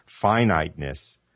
finiteness